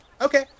Okay